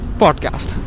podcast